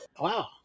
Wow